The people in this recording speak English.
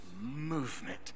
movement